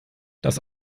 das